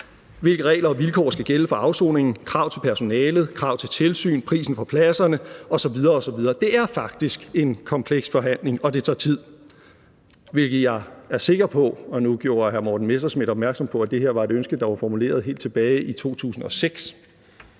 hvilke regler og vilkår der skal gælde for afsoningen, krav til personalet, krav til tilsyn, prisen for pladserne osv. osv. Det er faktisk en kompleks forhandling, og det tager tid, hvilket jeg er sikker på – nu gjorde hr. Morten Messerschmidt opmærksom på, at det her var et ønske, der var formuleret helt tilbage i 2006